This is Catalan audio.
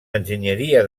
enginyeria